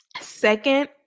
Second